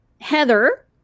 Heather